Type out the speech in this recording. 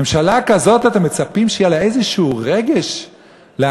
ממשלה כזאת אתם מצפים שיהיה לה איזה רגש לאנשים,